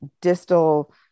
distal